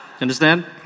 Understand